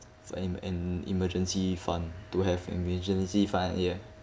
for an an emergency fund to have emergency fund ya